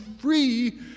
free